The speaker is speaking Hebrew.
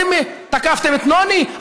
תקפתם את נוני?